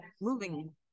moving